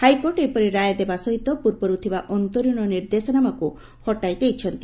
high court ଏପରି ରାୟ ଦେବା ସହିତ ପୂର୍ବରୁ ଥିବା ଅନ୍ତରୀଣ ନିର୍ଦ୍ଦେଶନାମାକୁ ହଟାଇ ଦେଇଛନ୍ତି